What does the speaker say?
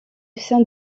saint